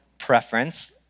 preference